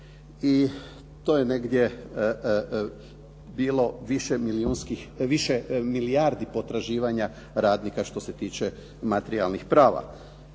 i to je negdje bilo više milijardi potraživanja radnika što se tiče materijalnih prava.